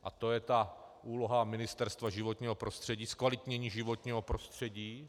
A to je ta úloha Ministerstva životního prostředí, zkvalitnění životního prostředí.